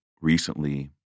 recently